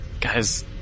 Guys